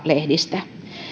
lehdistä